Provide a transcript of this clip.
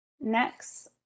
Next